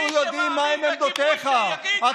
מי שמאמין בכיבוש שיגיד: אני כובש.